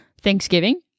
Thanksgiving